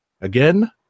Again